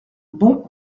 bons